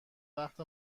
وقت